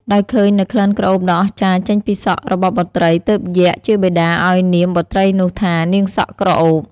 ដោយឃើញនូវក្លិនក្រអូបដ៏អស្ចារ្យចេញពីសក់របស់បុត្រីទើបយក្សជាបិតាឲ្យនាមបុត្រីនោះថា "នាងសក់ក្រអូប"។